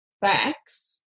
facts